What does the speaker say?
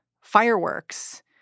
fireworks